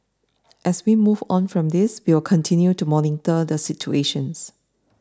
as we move on from this we will continue to monitor the situation